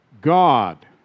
God